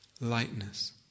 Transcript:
lightness